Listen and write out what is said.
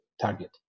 target